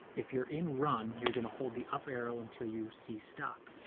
if you're in run, you're gonna hold the up arrow until you see stop.